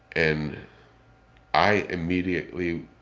and i immediately